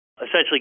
Essentially